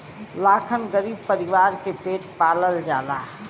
लाखन गरीब परीवार के पेट पालल जाला